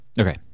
Okay